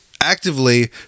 actively